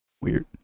weird